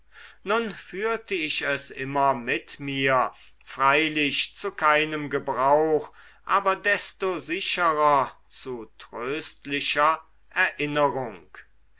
nun führte ich es immer mit mir freilich zu keinem gebrauch aber desto sicherer zu tröstlicher erinnerung